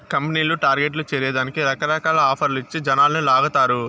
కంపెనీలు టార్గెట్లు చేరే దానికి రకరకాల ఆఫర్లు ఇచ్చి జనాలని లాగతారు